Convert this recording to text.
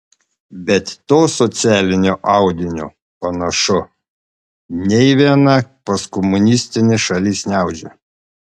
bet to socialinio audinio panašu nei viena postkomunistinė šalis neaudžia